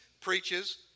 preaches